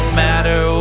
matter